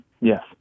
Yes